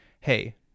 Hey